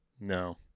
No